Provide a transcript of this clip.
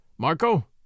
Marco